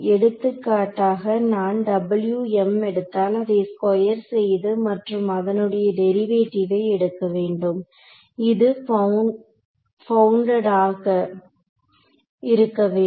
எடுத்துக்காட்டாக நான் எடுத்தால் அதை ஸ்கொயர் செய்து மற்றும் அதனுடைய டெரிவேட்டிவை எடுக்க வேண்டும் இது பவுண்டடாக இருக்க வேண்டும்